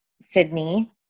Sydney